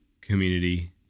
community